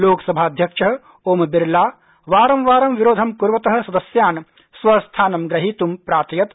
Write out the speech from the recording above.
लोकसभाध्यक्ष ओमबिरला वारंवारं विरोधं कुर्वत सदस्यान् स्वस्थानं ग्रहीत्ं प्रार्थयत्